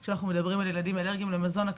מגן ועד כיתה י"ב.